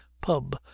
pub